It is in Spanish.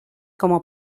como